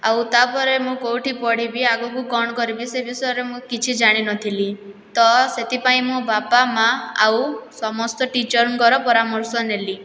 ଆଉ ତାପରେ ମୁଁ କେଉଁଠି ପଢ଼ିବି ଆଗକୁ କ'ଣ କରିବି ସେ ବିଷୟରେ ମୁଁ କିଛି ଜାଣିନଥିଲି ତ ସେଥିପାଇଁ ମୋ ବାପା ମାଆ ଆଉ ସମସ୍ତେ ଟିଚରଙ୍କର ପରାମର୍ଶ ନେଲି